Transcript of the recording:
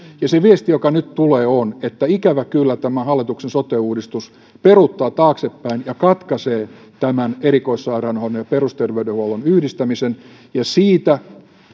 se viesti joka nyt tulee on että ikävä kyllä tämä hallituksen sote uudistus peruuttaa taaksepäin ja katkaisee tämän erikoissairaanhoidon ja perusterveydenhuollon yhdistämisen